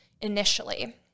initially